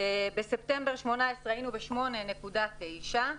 ובספטמבר 2018 היינו ב-8.9 אחוזים,